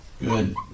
good